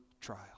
trial